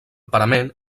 parament